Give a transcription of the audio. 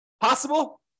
Possible